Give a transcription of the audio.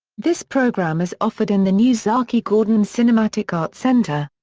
this program is offered in the new zaki gordon cinematic arts center.